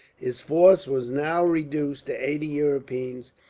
his force was now reduced to eighty europeans,